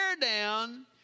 down